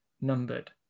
numbered